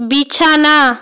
বিছানা